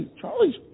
Charlie's